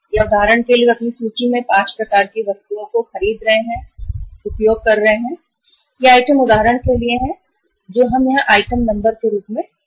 या उदाहरण के लिए वे अपनी सूची में 5 प्रकार की वस्तुओं को खरीद रहे हैं वे उपयोग कर रहे हैं और ये आइटम उदाहरण के लिए हैं जो हम यहां आइटम नंबर के रूप में लेते हैं